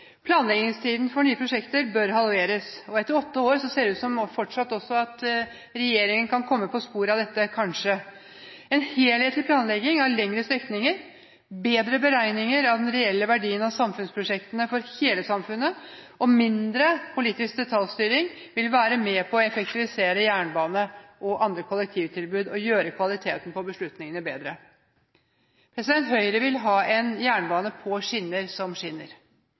Planleggingstiden for nye prosjekter bør halveres. Etter åtte år ser det ut som om kanskje også regjeringen kan komme på sporet av dette. En helhetlig planlegging av lengre strekninger, bedre beregninger av den reelle verdien av samferdselsprosjektene for hele samfunnet og mindre politisk detaljstyring vil være med på å effektivisere jernbane og andre kollektivtilbud og gjøre kvaliteten på beslutningene bedre. Høyre vil ha en jernbane på skinner som skinner.